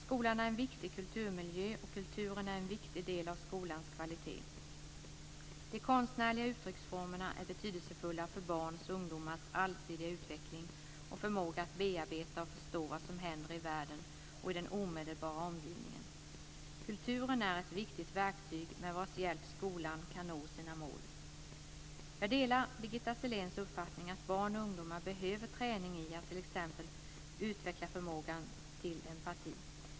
Skolan är en viktig kulturmiljö, och kulturen är en viktig del av skolans kvalitet. De konstnärliga uttrycksformerna är betydelsefulla för barns och ungdomars allsidiga utveckling och förmåga att bearbeta och förstå vad som händer i världen och i den omedelbara omgivningen. Kulturen är ett viktigt verktyg med vars hjälp skolan kan nå sina mål. Jag delar Birgitta Selléns uppfattning att barn och ungdomar behöver träning i att t.ex. utveckla förmågan till empati.